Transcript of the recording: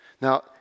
Now